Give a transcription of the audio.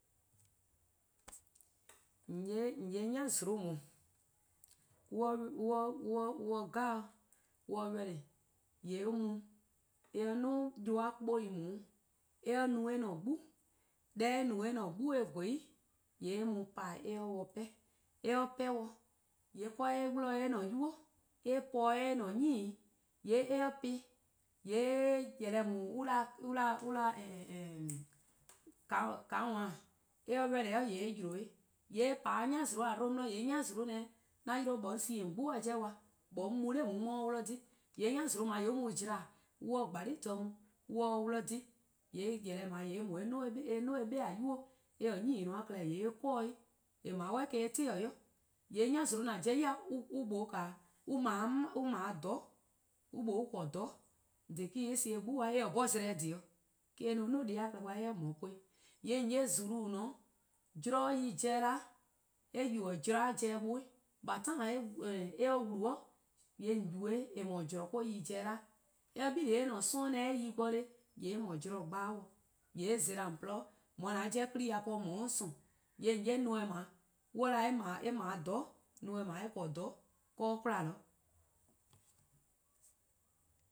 :on 'ye 'yale-eh 'weh :e, :mor eh ready deh 'jeh eh mu eh 'duo' yuh-a 'kpou:+ eh po eh-: 'gbu. deh eh no-a eh-: 'gbu eh :gweh-a 'i, :yee' eh mu :pa eh 'ye-dih 'pehn, :mor eh 'pehn-dih, 'de eh 'wluh-dih eh-a'a: 'nynuu:, 'de eh po-dih eh-a'a: 'gehn, :mor eh po-ih, :yee' :behleh :daa an 'da-dih-a :kaawan :mor eh ready :yee' eh yi-: 'de eh pa 'de 'yale-eh 'gbu 'di :yee' 'yale-eh 'da 'an yi 'de 'nyi 'on sie :on 'gbu-a 'jeh kwa-dih 'nyi 'on mu 'de na 'o 'on 'ye-dih :dhe, :yee' 'yale-eh :dao' eh mu :jla eh 'ya :dha 'sluh mu eh 'ye 'de-dih :dhe. :yee' :behleh :dao' eh 'duo: eh 'be-a 'nynuu: 'weh 'dekorn: 'gehn-a klehkpeh :yee' eh 'kor-dih-'. Deh :dao' 'suh eh-: eh :dhe 'i, :yee' 'yale-eh :an pobo-a on :mlor on 'ble :dhororn', on :mlor on 'ble :dhororn' :dhih eh-: :korn eh sie-uh 'gbu kwa-dih, eh se zleh 'bhorn dhih 'o eh-: :korn dhih eh 'da 'duo: deh+-a klehkpeh :mor korn-ih. :yee' :on 'ye :zulu: :on :ne'-a 'o :mor zorn-a yi zen 'da, eh yubo zorn-a zen buh 'weh, by time eh wlu-a :yee' :on yubo-eh eh mu zorn-a ye zen 'da, :mor eh 'bili-dih eh-: 'sororn' :ne eh yi-a bo :dele-ka' :yee' eh :mor zorn-a gba-dih, :yee' eh zela :on :gwluhuh' :on 'ye-a 'jeh 'kpa+-dih po :on 'ye-' :sorn. :yee' :mor :on 'ye neme: on 'da eh :korn :dhororn', neme: :daa eh :korn :dhororn' 'de 'kwla.